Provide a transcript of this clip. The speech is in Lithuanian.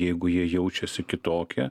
jeigu jie jaučiasi kitokie